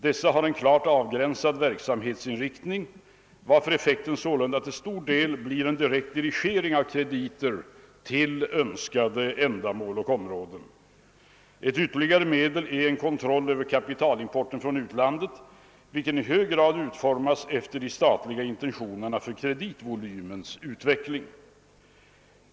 Dessa har en klart avgränsad verksamhetsinriktning, varför effekten sålunda till stor del blir en direkt dirigering av krediter till önskade ändamål och områden, Ett ytterligare medel är en kontroll över kapitalimporten från utlandet, vilken i hög grad utformas efter de statliga intentionerna för kreditvolymens utveckling.